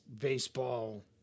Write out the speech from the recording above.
baseball